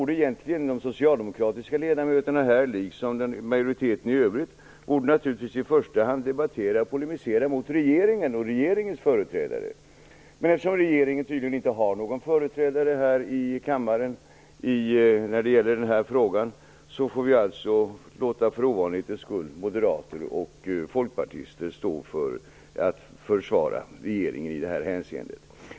De socialdemokratiska ledamöterna liksom majoriteten i övrigt borde naturligtvis i första hand debattera och polemisera mot regeringen och regeringens företrädare. Men eftersom regeringen tydligen inte har någon företrädare här i kammaren när det gäller den här frågan, får vi för ovanlighetens skull låta moderater och folkpartister försvara regeringen i det här hänseendet.